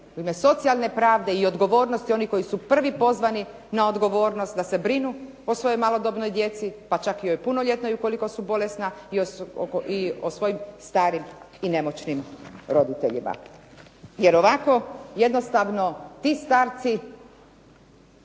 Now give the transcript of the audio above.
u ime socijalne pravde i odgovornosti onih koji su prvi pozvani na odgovornost da se brinu o svojoj malodobnoj djeci, pa čak i o punoljetnoj ukoliko su bolesna i o svojim starim i nemoćnim roditeljima. Jer ovako jednostavno ti starci